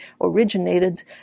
originated